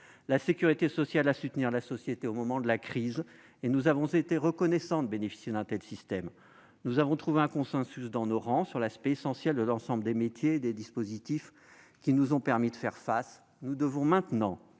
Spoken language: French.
La sécurité sociale a su tenir la société au moment de la crise, et nous avons été reconnaissants de bénéficier d'un tel système. Nous avons trouvé un consensus dans nos rangs sur l'aspect essentiel de l'ensemble des métiers et des dispositifs qui nous ont permis de faire face à l'épidémie. Nous devons maintenant